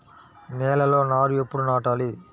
నేలలో నారు ఎప్పుడు నాటాలి?